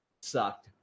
Sucked